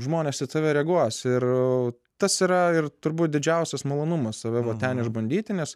žmonės į tave reaguos ir tas yra ir turbūt didžiausias malonumas save vat ten išbandyti nes